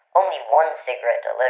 only one cigarette um but